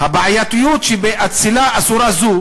"הבעייתיות שבאצילה אסורה זו